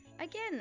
Again